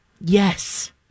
Yes